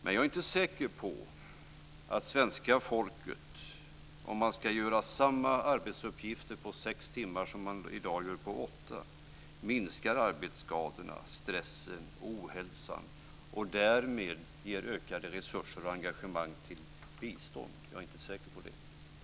Men jag är inte säker på att om svenska folket ska göra samma arbetsuppgifter på sex timmar som man i dag gör på åtta så minskar arbetsskadorna, stressen och ohälsan och ger därmed ökade resurser och ökat engagemang till bistånd. Jag är inte säker på det.